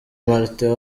martin